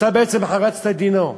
אתה בעצם חרצת את דינו.